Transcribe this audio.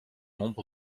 nombre